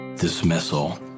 dismissal